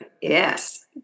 yes